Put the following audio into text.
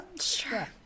sure